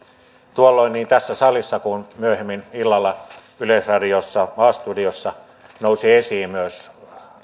tuolloin niin tässä salissa kuin myöhemmin illalla yleisradiossa a studiossa nousivat esiin myös